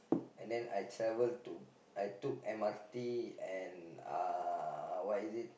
and then I travel to I took M_R_T and uh what is it